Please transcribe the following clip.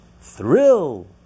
thrill